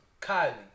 Kylie